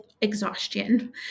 exhaustion